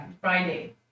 Friday